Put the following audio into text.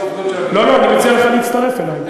אני מציע לך להצטרף אלי.